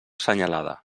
senyalada